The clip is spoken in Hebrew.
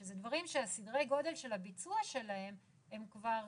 שאלה דברים שסדרי הגודל של הביצוע שלהם הם כבר